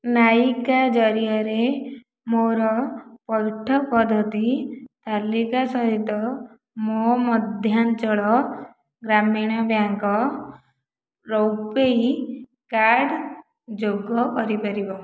ନାଇକା ଜରିଆରେ ମୋର ପଇଠ ପଦ୍ଧତି ତାଲିକା ସହିତ ମୋ ମଧ୍ୟାଞ୍ଚଳ ଗ୍ରାମୀଣ ବ୍ୟାଙ୍କ୍ ରୂପୈ କାର୍ଡ଼୍ ଯୋଗ କରିପାରିବ